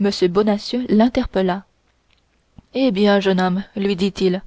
m bonacieux l'interpella eh bien jeune homme lui dit-il